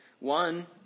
One